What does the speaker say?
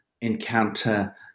encounter